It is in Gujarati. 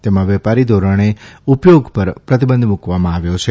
તેમાં વેપારી ધોરણે ઉપયોગ પર પ્રતિબંધ મૂકવામાં આવ્યો છે